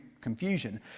confusion